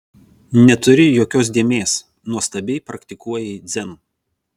neturi jokios dėmės nuostabiai praktikuoji dzen